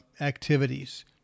activities